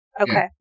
Okay